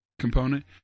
component